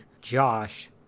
Josh